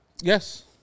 Yes